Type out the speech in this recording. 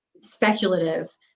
speculative